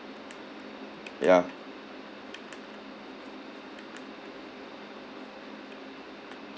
ya